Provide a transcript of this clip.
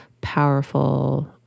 powerful